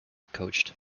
coached